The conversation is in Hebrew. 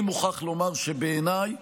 אני מוכרח לומר שבעיניי